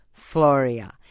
Floria